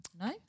No